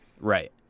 Right